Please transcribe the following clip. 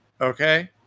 Okay